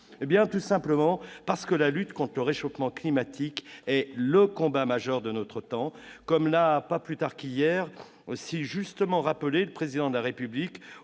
? Tout simplement parce que la lutte contre le réchauffement climatique est le combat majeur de notre temps, comme l'a si justement rappelé le Président de la République,